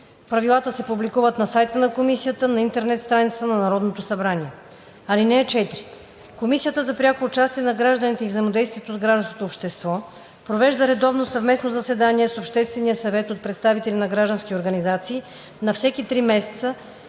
Правилата се публикуват на сайта на комисията на интернет страницата на Народното събрание. (4) Комисията за прякото участие на гражданите и взаимодействието с гражданското общество провежда редовно съвместно заседание с Обществения съвет от представители на граждански организации на всеки три месеца,